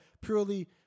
purely